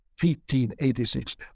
1586